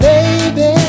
Baby